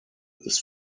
ist